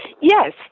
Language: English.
Yes